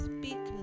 Speak